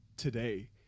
today